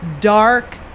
dark